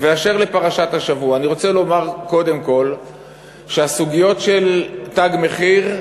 אני רוצה לומר קודם כול שהסוגיות של "תג מחיר",